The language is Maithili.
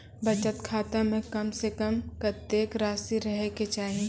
बचत खाता म कम से कम कत्तेक रासि रहे के चाहि?